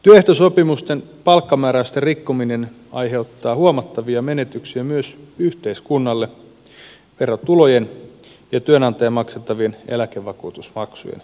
työehtosopimusten palkkamääräysten rikkominen aiheuttaa huomattavia menetyksiä myös yhteiskunnalle verotulojen ja työnantajan maksettavien eläkevakuutusmaksujen menetyksenä